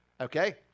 Okay